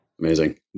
Amazing